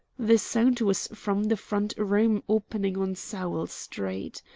the sound was from the front room opening on sowell street.